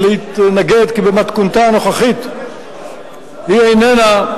כי במתכונתה הנוכחית היא איננה,